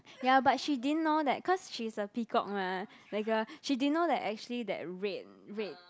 ya but she didn't know that cause she's a peacock mah that girl she didn't know that actually that red red